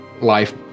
life